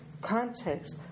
context